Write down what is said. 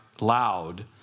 loud